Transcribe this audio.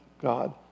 God